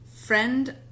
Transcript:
friend